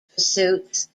pursuits